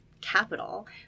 capital